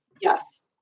Yes